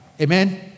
amen